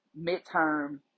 midterm